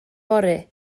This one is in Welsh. fory